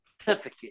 certificate